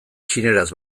txineraz